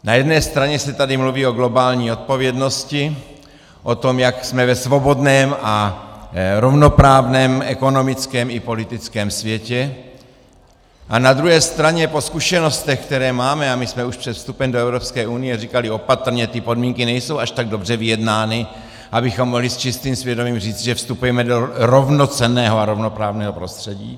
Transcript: Na jedné straně se tady mluví o globální odpovědnosti, o tom, jak jsme ve svobodném a rovnoprávném ekonomickém i politickém světě, a na druhé straně po zkušenostech, které máme a my jsme už před vstupem do Evropské unie říkali opatrně, ty podmínky nejsou až tak dobře vyjednány, abychom mohli s čistým svědomím říci, že vstupujeme do rovnocenného a rovnoprávného prostředí.